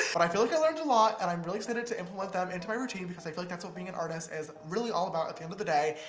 but i feel like i learned a lot, and i'm really excited to them into my routine, because i feel like that's what being an artist is really all about at the end of the day,